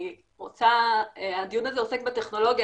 הדיון הזה עוסק בטכנולוגיה,